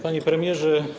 Panie Premierze!